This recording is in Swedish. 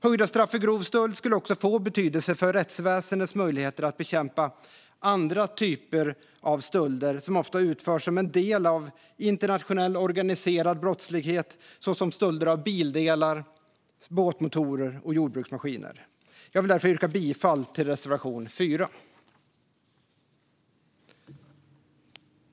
Höjda straff för grov stöld skulle också få betydelse för rättsväsendets möjligheter att bekämpa andra typer av stölder som ofta utförs som en del av internationell organiserad brottslighet, såsom stölder av bildelar, båtmotorer och jordbruksmaskiner. Jag vill därför yrka bifall till reservation 4.